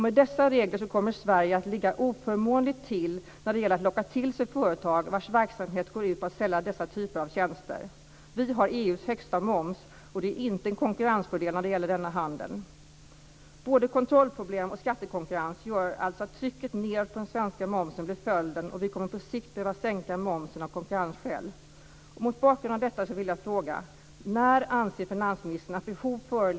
Med dessa regler kommer Sverige att ligga oförmånligt till när det gäller att locka till sig företag vars verksamhet går ut på att sälja dessa typer av tjänster. Vi har EU:s högsta moms, och det är inte en konkurrensfördel när det gäller denna handel. Både kontrollproblem och skattekonkurrens gör alltså att ett tryck nedåt på den svenska momsen blir följden, och vi kommer att på sikt behöva sänka momsen av konkurrensskäl.